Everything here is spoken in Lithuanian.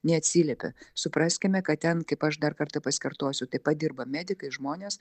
neatsiliepė supraskime kad ten kaip aš dar kartą pasikartosiu taip pat dirba medikai žmonės